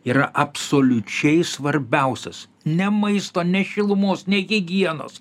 yra absoliučiai svarbiausias ne maisto ne šilumos ne higienos